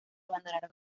abandonaron